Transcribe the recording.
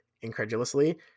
incredulously